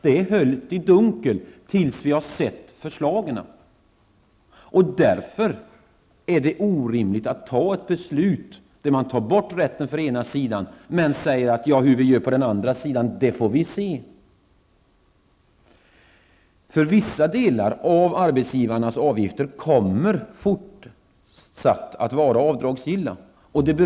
Det är höljt i dunkel tills vi har sett förslagen. Därför är det orimligt att fatta ett beslut som innebär att man tar bort denna avdragsrätt för den ena sidan. Samtidigt säger man: Hur vi gör med den andra sidan får vi se. Vissa delar av arbetsgivarnas avgifter kommer även i fortsättningen att vara avdragsgilla.